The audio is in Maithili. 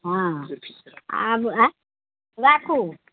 हँ आब आँय राखू